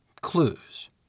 clues